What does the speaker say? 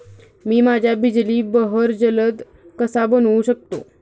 मी माझ्या बिजली बहर जलद कसा बनवू शकतो?